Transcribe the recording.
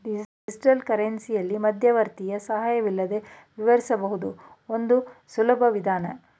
digital ಕರೆನ್ಸಿಯಲ್ಲಿ ಮಧ್ಯವರ್ತಿಯ ಸಹಾಯವಿಲ್ಲದೆ ವಿವರಿಸಬಹುದು ಇದು ಒಂದು ಸುಲಭ ವಿಧಾನ